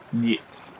yes